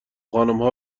خانمها